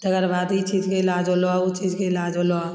तकर बाद ई चीजके इलाज होलऽ उ चीजके इलाज होलऽ